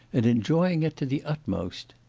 and enjoying it to the utmost.